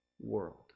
world